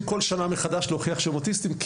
להוכיח בכל שנה מחדש להוכיח שהם אוטיסטים,